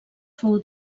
fou